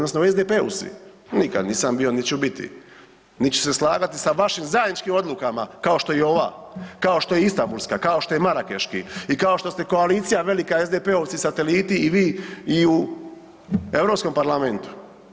Nikad nisam bio, nit ću biti, nit ću se slagati sa vašim zajedničkim odlukama kao što je i ova, kao što je istambulska, kao što je marakeški i kao što ste koalicija velika SDP-ovci i sateliti i vi i u Europskom parlamentu.